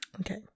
okay